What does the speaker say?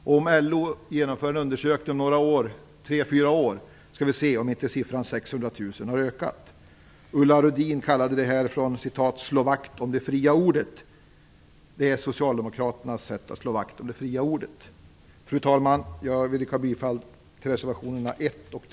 Om LO genomför en undersökning om tre fyra år, så skall vi se om inte siffran 600 000 har ökat. Ulla Rudin kallade förslaget för "att slå vakt om det fria ordet". Detta är alltså socialdemokraternas sätt att slå vakt om det fria ordet. Fru talman! Jag yrkar bifall till reservationerna 1